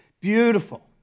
Beautiful